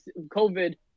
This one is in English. COVID